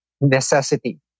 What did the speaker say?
necessity